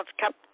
Cup